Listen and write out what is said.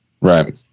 Right